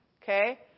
Okay